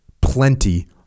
plenty